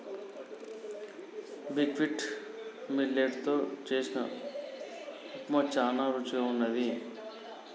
buckwheat millet తో చేసిన ఉప్మా చానా రుచిగా వున్నది